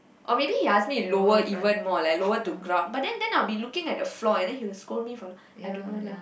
or maybe he ask me to lower even more like lower to ground but then then I'd be looking at the floor and then he'll scold me for I don't know lah